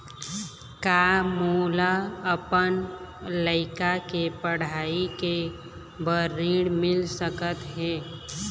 का मोला अपन लइका के पढ़ई के बर ऋण मिल सकत हे?